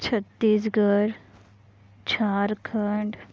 Chhattisgarh Jharkhand